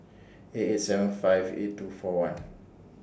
eight eight seven five eight two four one